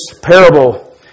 parable